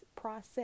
process